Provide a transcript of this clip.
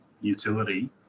utility